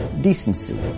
decency